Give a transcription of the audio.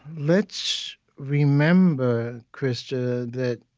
let's remember, krista, that